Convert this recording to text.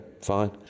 fine